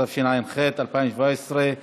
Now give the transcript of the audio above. התשע"ח 2017,